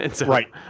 Right